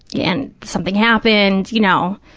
yeah and something happened, you know.